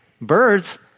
birds